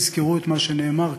יזכרו את מה שנאמר כאן,